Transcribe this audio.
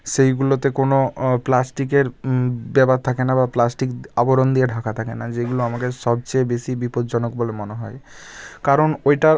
সেইগুলোতে কোনো প্লাস্টিকের ব্যাবার থাকে না বা প্লাস্টিক আবরণ দিয়ে ঢাকা থাকে না যেগুলো আমাকে সবচেয়ে বেশি বিপদজনক বলে মনে হয় কারণ ওইটা